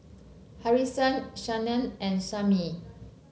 Harrison and Samie